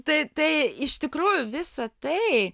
tai tai iš tikrųjų visa tai